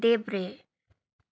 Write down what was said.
देब्रे